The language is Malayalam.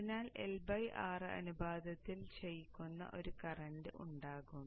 അതിനാൽ L R അനുപാതത്തിൽ ക്ഷയിക്കുന്ന ഒരു കറന്റ് ഉണ്ടാകും